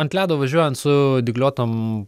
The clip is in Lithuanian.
ant ledo važiuojant su dygliuotom